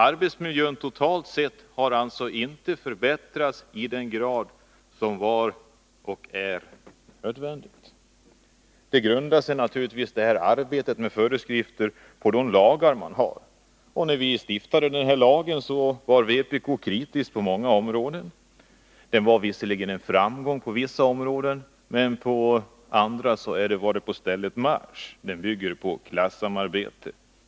Arbetsmiljön har således sammantaget inte förbättrats i den grad som har varit och är nödvändig. Arbetet med föreskrifter grundar sig naturligtvis på de lagar som finns. När denna lag stiftades var vpk kritiskt på många punkter. Den innebar visserligen en framgång på vissa områden, men på andra var det på stället marsch. Lagen bygger på klassamarbete.